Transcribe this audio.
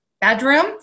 bedroom